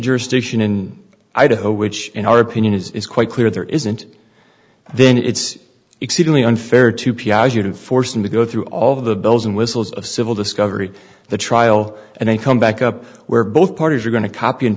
jurisdiction in idaho which in our opinion is quite clear there isn't then it's exceedingly unfair to force them to go through all of the bells and whistles of civil discovery the trial and then come back up where both parties are going to copy and